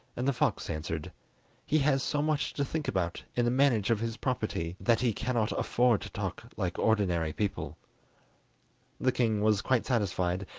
and the fox answered he has so much to think about in the management of his property that he cannot afford to talk like ordinary people the king was quite satisfied,